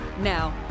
Now